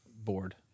board